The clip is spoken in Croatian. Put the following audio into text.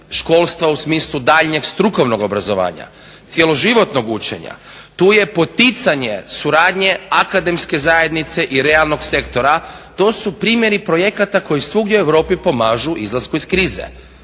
školstva u smislu daljnjeg strukovnog obrazovanja, cjeloživotnog učenja. Tu je poticanje suradnje akademske zajednice i realnog sektora. To su primjeri projekata koji svugdje u Europi pomažu izlasku iz krize.